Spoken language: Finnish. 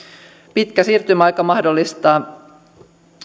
pitkä siirtymäaika mahdollistaa